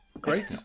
great